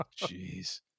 Jeez